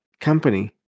company